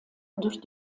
durch